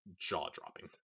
jaw-dropping